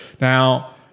Now